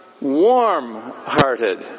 warm-hearted